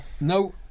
No